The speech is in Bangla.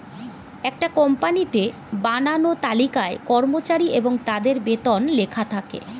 একটা কোম্পানিতে বানানো তালিকায় কর্মচারী এবং তাদের বেতন লেখা থাকে